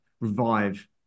revive